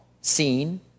seen